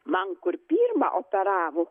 man kur pirmą operavo